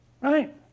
right